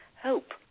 hope